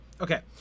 Okay